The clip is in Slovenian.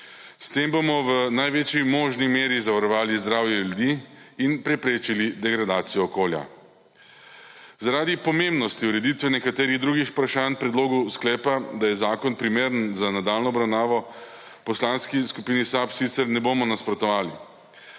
S tem bomo v največji možni meri zavarovali zdravje ljudi in preprečili degradacijo okolja. Zaradi pomembnosti ureditve nekaterih drugih vprašanj predlogov sklepa, da je zakon primeren za nadaljnjo obravnavo, v Poslanski skupini SAB sicer ne bomo nasprotovali.